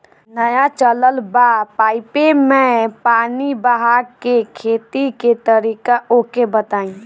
नया चलल बा पाईपे मै पानी बहाके खेती के तरीका ओके बताई?